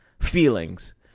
feelings